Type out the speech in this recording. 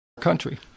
country